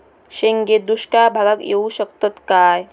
शेंगे दुष्काळ भागाक येऊ शकतत काय?